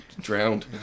drowned